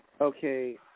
Okay